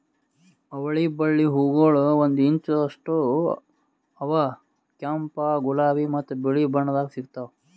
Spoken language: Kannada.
ಅವಳಿ ಬಳ್ಳಿ ಹೂಗೊಳ್ ಒಂದು ಇಂಚ್ ಅಷ್ಟು ಅವಾ ಕೆಂಪು, ಗುಲಾಬಿ ಮತ್ತ ಬಿಳಿ ಬಣ್ಣದಾಗ್ ಸಿಗ್ತಾವ್